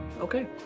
okay